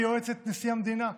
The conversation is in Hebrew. יועצת נשיא המדינה,